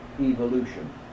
evolution